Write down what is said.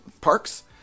parks